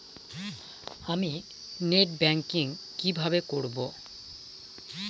আমি net banking কিভাবে করব?